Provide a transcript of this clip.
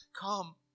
come